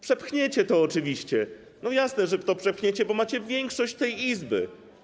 Przepchniecie to oczywiście, no jasne, że to przepchniecie, bo macie większość w tej Izbie.